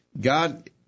God